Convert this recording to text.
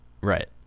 Right